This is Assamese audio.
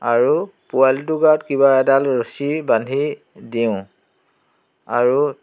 আৰু পোৱালিটোৰ গাত কিবা এডাল ৰচী বান্ধি দিওঁ আৰু